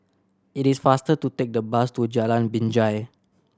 it is faster to take the bus to Jalan Binjai